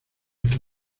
que